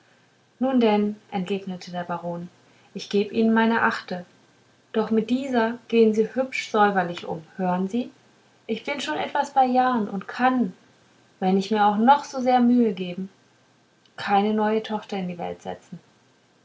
nun denn entgegnete der baron ich geb ihnen meine achte doch mit dieser gehen sie hübsch säuberlich um hören sie ich bin schon etwas bei jahren und kann wenn ich mir auch noch so sehr mühe gebe keine neue tochter in die welt setzen